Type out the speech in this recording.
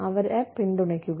അവരെ പിന്തുണയ്ക്കുക